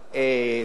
זאת אומרת,